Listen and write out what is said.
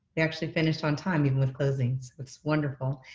we actually finished on time even with closings. it's wonderful.